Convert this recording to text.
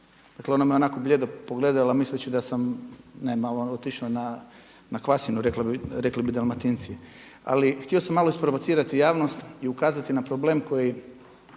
Dakle, ona me onako blijedo pogledala misleći da sam ne malo otišao na kvasinu rekli bi Dalmatinci, ali htio sam malo isprovocirati javnost i ukazati na problem koji